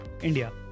India